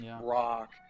Rock